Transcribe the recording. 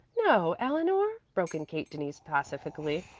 no, eleanor, broke in kate denise pacifically.